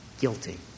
guilty